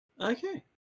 Okay